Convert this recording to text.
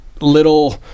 little